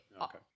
okay